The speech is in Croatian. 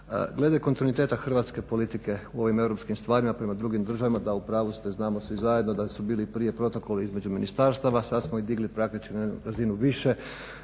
glede kontinuiteta hrvatske politike u ovim europskim stvarima prema drugim državama, da u pravu ste znamo svi zajedno da su bili prije protokoli između ministarstava sada smo ih digli praktički na razinu više